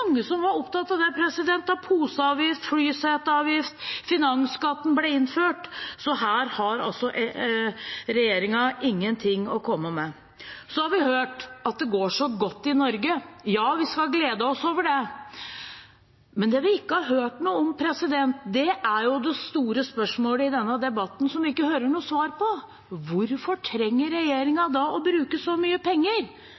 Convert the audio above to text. som var opptatt av det da poseavgift, flyseteavgift og finansskatt ble innført, så her har altså regjeringen ingenting å komme med. Så har vi hørt at det går så godt i Norge. Ja, vi skal glede oss over det, men det vi ikke har hørt noe om, er det store spørsmålet i denne debatten som vi ikke får noe svar på: Hvorfor trenger